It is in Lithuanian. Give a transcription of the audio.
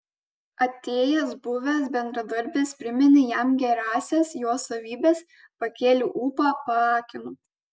atėjęs buvęs bendradarbis priminė jam gerąsias jo savybes pakėlė ūpą paakino